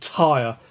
tire